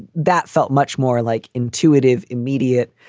that felt much more like intuitive immediate?